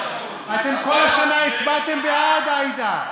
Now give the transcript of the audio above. אתם כל השנה הצבעתם בעד, עאידה.